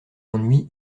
ennuis